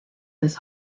this